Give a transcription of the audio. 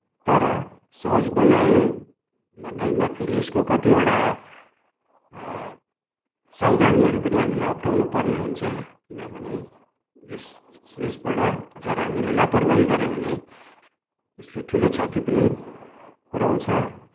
तर सहज बनायो भन्दैमा फेरि यसको कत्तिवटा सावधानीहरू पनि हामी अपनाउनुपर्ने हुन्छ किनभने यस यसबाट अगर हामीले लापरवाही गर्यौँ भने यसले ठुलो क्षति पनि पुऱ्याउँछ